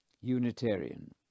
Unitarian